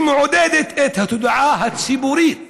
שמעוררת את המודעות הציבורית